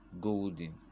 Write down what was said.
golden